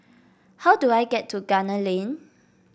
how do I get to Gunner Lane